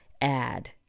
add